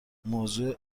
موضع